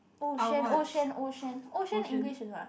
Ou Xuan Ou Xuan Ou Xuan Ou Xuan English is what